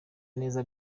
neza